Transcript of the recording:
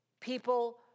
People